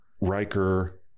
Riker